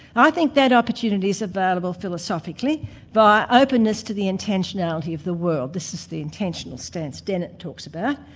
i think that opportunity is available philosophically via openness to the intentionality of the world this is the intentional stance dennett talks about,